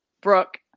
Brooke